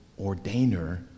ordainer